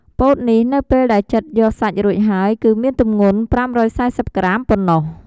ពោតនេះនៅពេលដែលចិតយកសាច់រួចហើយគឺមានទម្ងន់ ៥៤០ក្រាម ប៉ុណ្ណោះ។